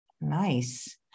Nice